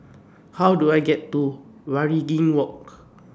How Do I get to Waringin Walk